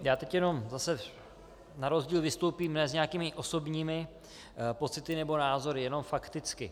Já teď jenom zase na rozdíl vystoupím ne s nějakými osobními pocity nebo názory, jenom fakticky.